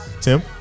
Tim